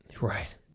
Right